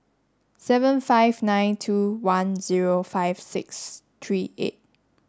seven five nine two one zero five six three eight